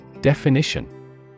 Definition